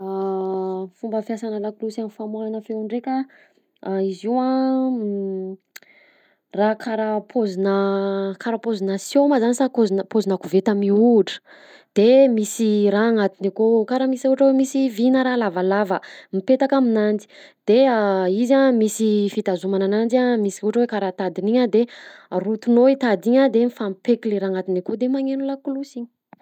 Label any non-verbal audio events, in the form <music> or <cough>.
<hesitation> Fomba fiasanà laklosy am'famoahana feo ndraika: <hesitation> izy io a <hesitation> <noise> raha karaha paozinà siô ma zany sa kôzinà- paozinà koveta mihohotra, de misy raha agnatiny akao karaha misy ohatra hoe misy vy na raha lavalava mipetaka aminanjy de <hesitation> izy a misy fitazomana ananjy a, misy ohatra hoe karaha tadiny igny a de rotonao i tady igny a de mifampipaika le raha agnatiny akao de magneno laklosy igny.